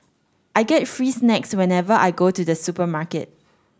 I get free snacks whenever I go to the supermarket